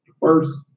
First